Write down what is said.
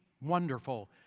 wonderful